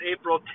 April